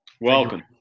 Welcome